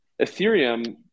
Ethereum